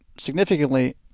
significantly